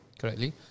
correctly